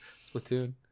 splatoon